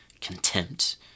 contempt